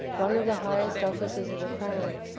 one of the highest officers of the crown.